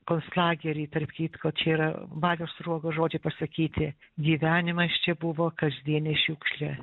konclagery tarp kitko čia yra balio sruogos žodžiai pasakyti gyvenimas čia buvo kasdienė šiukšlė